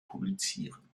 publizieren